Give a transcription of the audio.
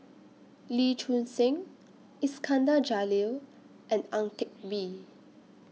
Lee Choon Seng Iskandar Jalil and Ang Teck Bee